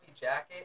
jacket